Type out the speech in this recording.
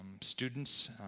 students